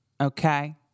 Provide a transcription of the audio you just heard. okay